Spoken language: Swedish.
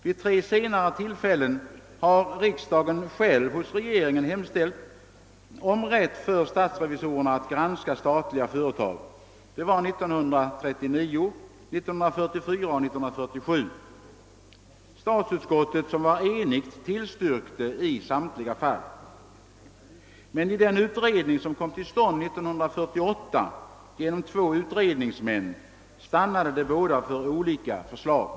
Vid tre senare tillfällen har riksdagen själv hos regeringen hemställt om rätt för statsrevisorerna att granska statliga företag — det var 1939, 1944 och 1947. Statsutskottet, som var enigt, tillstyrkte i samtliga fall, men de två utredningsmän som granskade frågan år 1948 stannade för olika förslag.